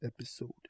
episode